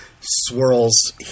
swirls